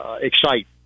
Excite